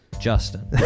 Justin